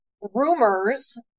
rumors